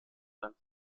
beim